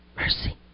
Mercy